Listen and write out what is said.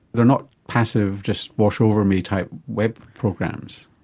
they are not passive just wash over me type web programs.